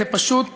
זה פשוט מדהים,